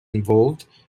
involved